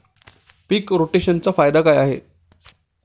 पीक रोटेशनचा फायदा काय आहे?